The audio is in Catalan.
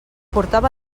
portava